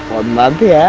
monday ah